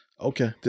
Okay